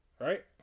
Right